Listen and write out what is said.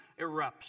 erupts